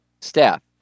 staff